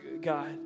God